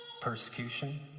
persecution